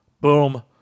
Boom